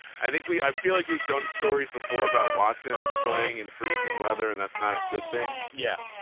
i think we, i feel like we've done stories before about watson playing in freezing weather. and that's not a good thing, yeah